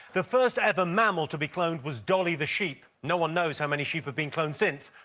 the first-ever mammal to be cloned was dolly the sheep. no-one knows how many sheep have been cloned since,